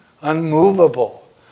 unmovable